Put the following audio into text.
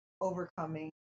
overcoming